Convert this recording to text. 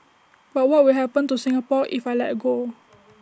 but what will happen to Singapore if I let go